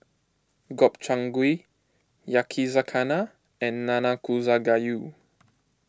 Gobchang Gui Yakizakana and Nanakusa Gayu